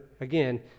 again